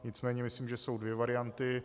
Nicméně myslím, že jsou dvě varianty.